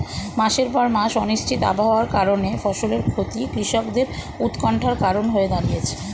মাসের পর মাস অনিশ্চিত আবহাওয়ার কারণে ফসলের ক্ষতি কৃষকদের উৎকন্ঠার কারণ হয়ে দাঁড়িয়েছে